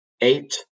eight